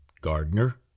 Gardner